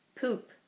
Poop